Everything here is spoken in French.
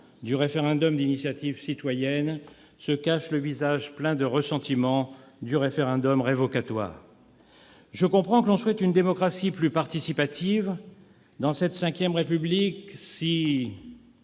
du référendum d'initiative citoyenne se cache le visage plein de ressentiment du référendum révocatoire. Je comprends que l'on souhaite une démocratie plus participative, dans cette V République si